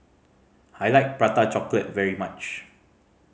I like Prata Chocolate very much